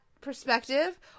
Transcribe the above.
perspective